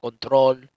control